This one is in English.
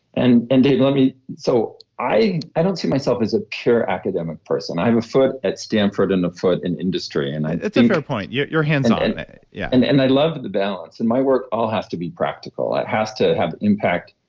and and dave, let me. so i i don't see myself as a pure academic person. i have a foot at stanford and a foot in industry and it's a fair point. yeah you're hands-on yeah and and i loved the balance. and my work all has to be practical. it has to have impact.